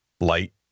light